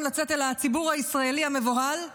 לצאת אל הציבור הישראלי המבוהל ולהרגיע,